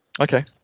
Okay